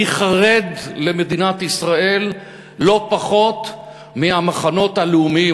אני חרד למדינת ישראל לא פחות מהמחנות הלאומיים,